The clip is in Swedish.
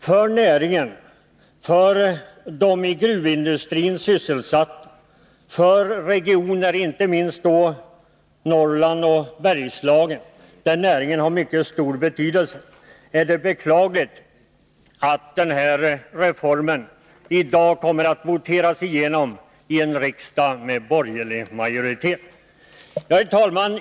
För näringen, för de i gruvindustrin sysselsatta och för regioner — inte minst Norrland och Bergslagen — där näringen har mycket stor betydelse är det också beklagligt att den här reformen i dag kommer att voteras igenom i en riksdag med borgerlig majoritet. Herr talman!